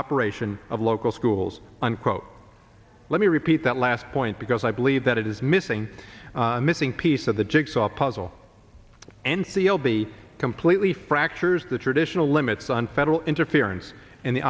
operation of local schools unquote let me repeat that last point because i believe that it is missing a missing piece of the jigsaw puzzle n c l b completely fractures the traditional limits on federal interference in the